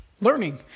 learning